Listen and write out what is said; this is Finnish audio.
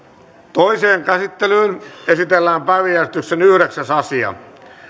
toiseen käsittelyyn esitellään päiväjärjestyksen yhdeksäs asia